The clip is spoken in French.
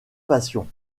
passion